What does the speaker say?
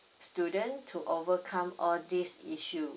student to overcome all this issue